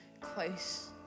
close